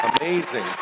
Amazing